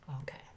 Okay